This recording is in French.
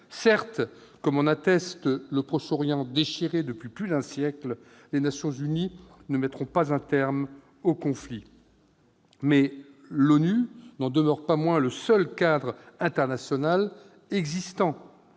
Certes, comme l'atteste le Proche-Orient déchiré depuis plus d'un siècle, les Nations unies ne mettront pas un terme au conflit. Mais l'ONU n'en demeure pas moins le seul cadre institutionnel existant